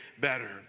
better